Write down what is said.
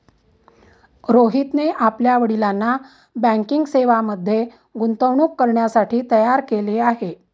रोहितने आपल्या वडिलांना बँकिंग सेवांमध्ये गुंतवणूक करण्यासाठी तयार केले आहे